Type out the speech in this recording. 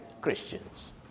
Christians